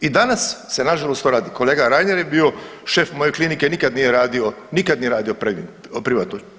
I danas se nažalost to radi, kolega Reiner je bio šef moje klinike nikad nije radio, nikad nije radio privatno.